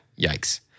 Yikes